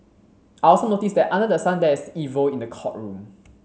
I also noticed that under the sun there is evil in the courtroom